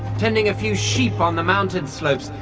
tending a few sheep on the mountain slopes,